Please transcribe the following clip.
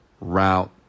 route